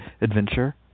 adventure